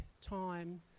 time